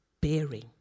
bearing